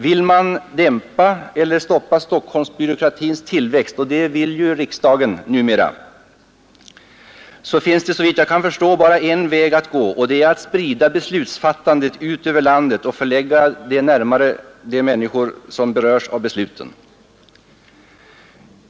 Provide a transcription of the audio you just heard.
Vill man dämpa eller stoppa Stockholmsbyråkratins tillväxt — och det vill ju riksdagen numera — finns det såvitt jag kan förstå bara en väg att gå och det är att sprida beslutsfattandet utöver landet och förlägga det närmare de människor som berörs av besluten.